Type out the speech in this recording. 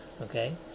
okay